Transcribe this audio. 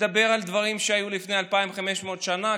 מדבר על דברים שהיו לפני 2,500 שנה.